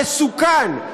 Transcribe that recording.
המסוכן,